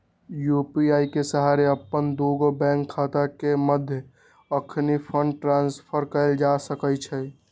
UPI के सहारे अप्पन दुगो बैंक खता के मध्य अखनी फंड के ट्रांसफर कएल जा सकैछइ